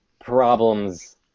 problems